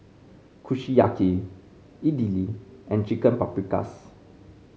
Kushiyaki Idili and Chicken Paprikas